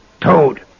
Toad